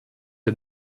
der